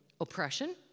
oppression